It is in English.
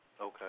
Okay